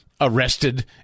arrested